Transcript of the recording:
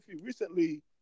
recently